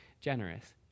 generous